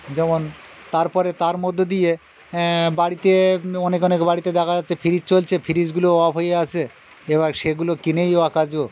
যেমন তার পরে তার মধ্য দিয়ে বাড়িতে অনেক অনেক বাড়িতে দেখা যাচ্ছে ফ্রিজ চলছে ফ্রিজগুলো অফ হয়ে আছে এবার সেগুলো কিনেই অকেজো